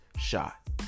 shot